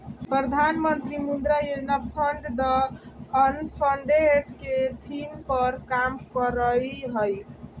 प्रधानमंत्री मुद्रा योजना फंड द अनफंडेड के थीम पर काम करय हइ